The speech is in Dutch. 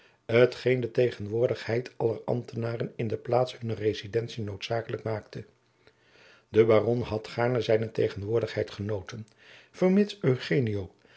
t geen de tegenwoordigheid aller ambtenaren in de plaats hunner residentie noodzakelijk maakte de baron had gaarne zijne tegenwoordigheid genoten vermits